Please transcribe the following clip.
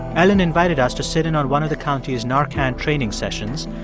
elin invited us to sit in on one of the county's narcan training sessions.